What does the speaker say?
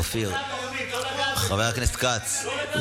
אמסלם, אתה אחר כך עולה להשיב.